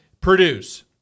produce